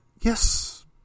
yes